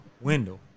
window